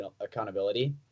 accountability